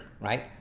right